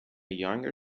younger